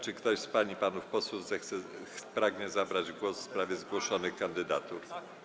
Czy ktoś z pań i panów posłów pragnie zabrać głos w sprawie zgłoszonych kandydatur?